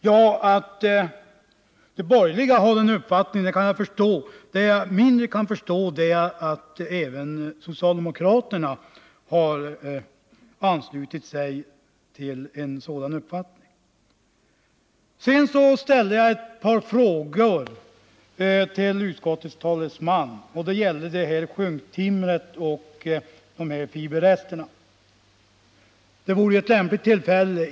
Ja, att man från borgerligt håll har den uppfattningen kan jag förstå men vad jag har svårare att förstå är att även socialdemokraterna har anslutit sig till den uppfattningen. Jag ställde ett par frågor till utskottets talesman beträffande sjunktimmer och fiberrester.